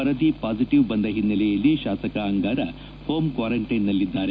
ವರದಿ ಪಾಸಿಟಿವ್ ಬಂದ ಹಿನ್ನೆಲೆಯಲ್ಲಿ ಶಾಸಕ ಅಂಗಾರ ಹೋಂ ಕ್ವಾರಂಟೈನ್ನಲ್ಲಿದ್ದಾರೆ